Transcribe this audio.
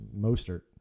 Mostert